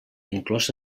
inclòs